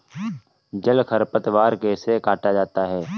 जल खरपतवार कैसे काटा जाता है?